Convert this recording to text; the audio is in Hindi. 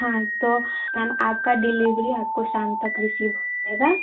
हाँ तो मैम आपकी डिलीवरी आपको शाम तक रिसीव हो जाएगी